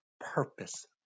purpose